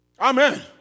Amen